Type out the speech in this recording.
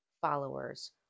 followers